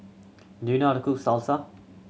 do you know how to cook Salsa